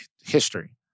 history